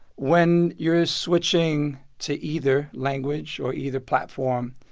when you're switching to either language or either platform,